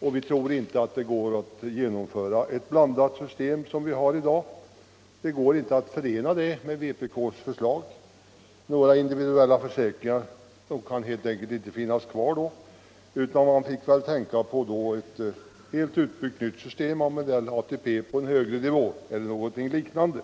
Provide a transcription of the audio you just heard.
Man tror inte att det går att genomföra ett blandat system. Det går inte att förena det system vi har i dag med vpk:s förslag. Några individuella försäkringar kan då helt enkelt inte finnas kvar, utan man fick tänka sig ett helt nytt utbyggt system med ATP på en högre nivå eller något liknande.